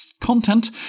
content